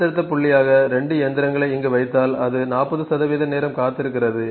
அடுத்தடுத்த புள்ளியாக 2 இயந்திரங்களை இங்கு வைத்தால் அது 40 நேரம் காத்திருந்தது